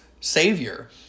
savior